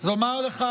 אוקיי,